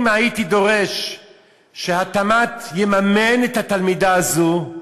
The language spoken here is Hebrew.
אם הייתי דורש שהתמ"ת יממן את התלמידה הזאת,